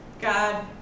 God